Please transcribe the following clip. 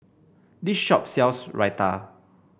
this shop sells Raita